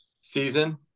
season